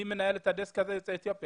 מי מנהל את דסק יוצאי אתיופיה?